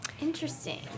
Interesting